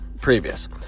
previous